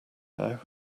now